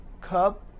Cup